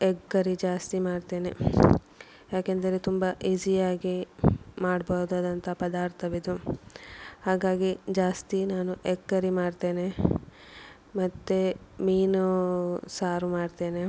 egg curry ಜಾಸ್ತಿ ಮಾಡ್ತೇನೆ ಯಾಕೆಂದರೆ ತುಂಬ ಈಸಿಯಾಗಿ ಮಾಡ್ಬೋದಾದಂಥ ಪದಾರ್ಥವಿದು ಹಾಗಾಗಿ ಜಾಸ್ತಿ ನಾನು ಎಗ್ ಕರಿ ಮಾಡ್ತೇನೆ ಮತ್ತು ಮೀನು ಸಾರು ಮಾಡ್ತೇನೆ